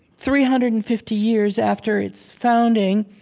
three hundred and fifty years after its founding,